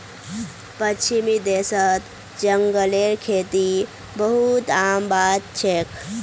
पश्चिमी देशत जंगलेर खेती बहुत आम बात छेक